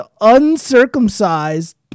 uncircumcised